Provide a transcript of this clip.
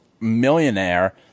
millionaire